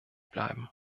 bleiben